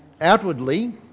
outwardly